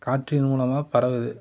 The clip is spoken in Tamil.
காற்றின் மூலமாக பரவுது